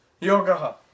Yoga